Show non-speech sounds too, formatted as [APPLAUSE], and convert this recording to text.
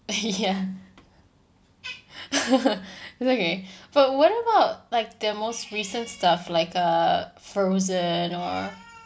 [LAUGHS] ya [LAUGHS] it's okay but what about like the most recent stuff like uh frozen or